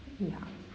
ya